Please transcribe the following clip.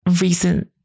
recent